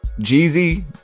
jeezy